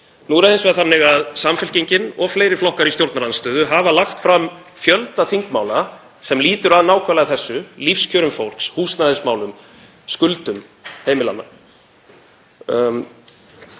það hins vegar þannig að Samfylkingin og fleiri flokkar í stjórnarandstöðu hafa lagt fram fjölda þingmála sem lúta að nákvæmlega þessu, lífskjörum fólks, húsnæðismálum, skuldum heimilanna.